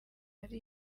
ari